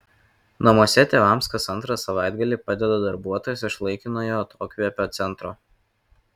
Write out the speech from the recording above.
namuose tėvams kas antrą savaitgalį padeda darbuotojos iš laikinojo atokvėpio centro